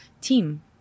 team